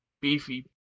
beefy